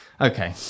Okay